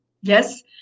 Yes